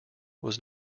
was